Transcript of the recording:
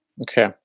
okay